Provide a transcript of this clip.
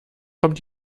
kommt